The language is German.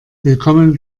willkommen